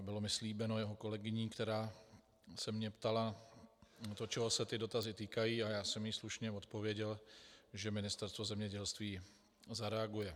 Bylo mi slíbeno jeho kolegyní, která se mě ptala, čeho se dotazy týkají, a já jsem jí slušně odpověděl, že Ministerstva zemědělství, že zareaguje.